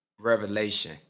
Revelation